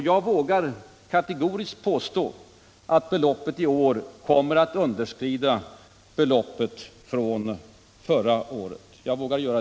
Jag vågar kategoriskt påstå att beloppet i år kommer att underskrida beloppet från förra året.